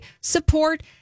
support